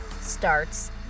starts